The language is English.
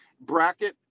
bracket